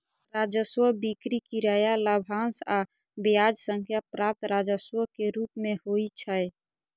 राजस्व बिक्री, किराया, लाभांश आ ब्याज सं प्राप्त राजस्व के रूप मे होइ छै